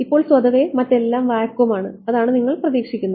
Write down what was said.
ഇപ്പോൾ സ്വതവേ മറ്റെല്ലാം വാക്വം ആണ് അതാണ് നിങ്ങൾ പ്രതീക്ഷിക്കുന്നത്